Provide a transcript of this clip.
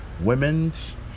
Women's